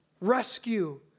Rescue